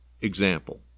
Example